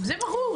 זה ברור,